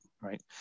right